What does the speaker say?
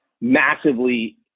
massively